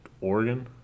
Oregon